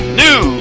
new